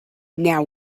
now